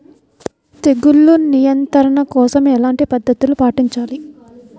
తెగులు నియంత్రణ కోసం ఎలాంటి పద్ధతులు పాటించాలి?